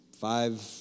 five